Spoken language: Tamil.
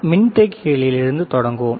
நாம் மின்தேக்கிகளிலிருந்து தொடங்குவோம்